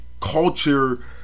culture